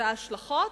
וההשלכות?